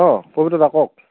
অঁ পবিত্ৰ দা কওক